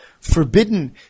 forbidden